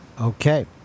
Okay